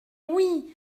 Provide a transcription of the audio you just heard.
oui